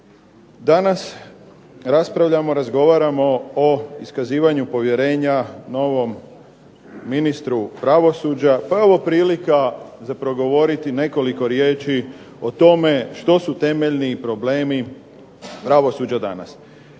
Danas raspravljamo, razgovaramo o iskazivanju povjerenja novom ministru pravosuđa, pa je ovo prilika zapravo govoriti nekoliko riječi o tome što su temeljni problemi pravosuđa danas.